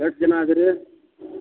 ಎಷ್ಟು ಜನ ಇದೀರೀ